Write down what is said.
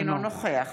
אינו נוכח